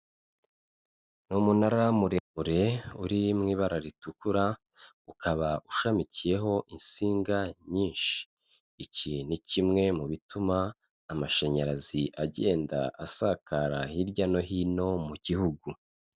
Ni umunara muremure uri mu ibara ritukura, ukaba ushamikiyeho insinga nyinshi, iki ni kimwe mu bituma amashanyarazi agenda asakara hirya no hino mu gihugu.